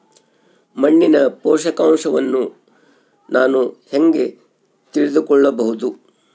ಮಣ್ಣಿನ ಪೋಷಕಾಂಶವನ್ನು ನಾನು ಹೇಗೆ ತಿಳಿದುಕೊಳ್ಳಬಹುದು?